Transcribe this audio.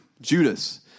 Judas